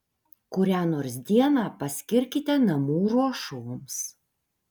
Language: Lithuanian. kurią nors dieną paskirkite namų ruošoms